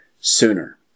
sooner